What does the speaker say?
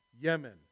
Yemen